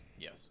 Yes